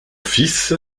fils